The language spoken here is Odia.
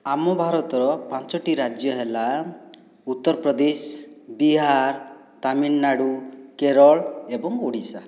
ଆମ ଭାରତର ପାଞ୍ଚଟି ରାଜ୍ୟ ହେଲା ଉତ୍ତରପ୍ରଦେଶ ବିହାର ତାମିଲନାଡ଼ୁ କେରଳ ଏବଂ ଓଡ଼ିଶା